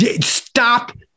Stop